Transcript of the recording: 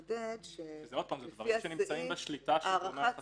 זה דברים שנמצאים בשליטה של גורמי החקירה.